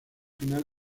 final